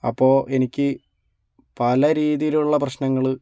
അപ്പോൾ എനിക്ക് പല രീതിയിലുള്ള പ്രശ്നങ്ങൾ